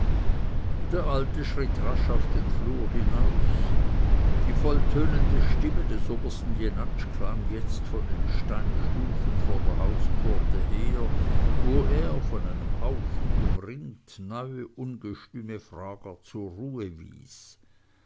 der alte schritt rasch auf den flur hinaus die volltönende stimme des obersten jenatsch klang jetzt von den steinstufen vor der hauspforte her wo er von einem haufen umringt neue ungestüme frager zur ruhe wies